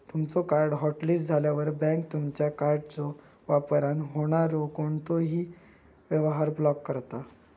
तुमचो card hotlist झाल्यावर, bank तुमचा कार्डच्यो वापरान होणारो कोणतोही व्यवहार ब्लॉक करता